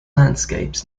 landscapes